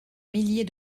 millier